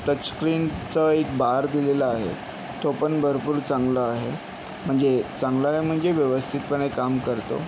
टचस्क्रीनचा एक बार दिलेला आहे तो पण भरपूर चांगला आहे म्हणजे चांगला आहे म्हणजे व्यवस्थितपणे काम करतो